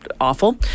awful